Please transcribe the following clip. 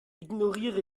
ignoriere